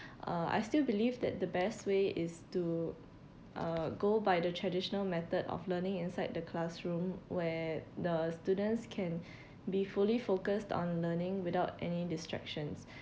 uh I still believe that the best way is to uh go by the traditional method of learning inside the classroom where the students can be fully focused on learning without any distractions